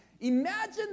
imagine